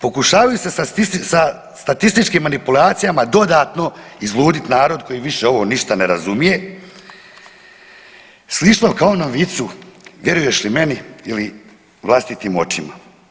Pokušavaju se sa statističkim manipulacijama dodatno izludit narod koji više ovo ništa ne razumije slično kao u vicu vjeruješ li meni ili vlastitim očima.